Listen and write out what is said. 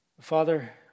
Father